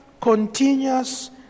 continuous